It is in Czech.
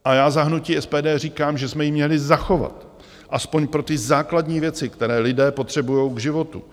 A já za hnutí SPD říkám, že jsme ji měli zachovat aspoň pro ty základní věci, které lidé potřebují k životu.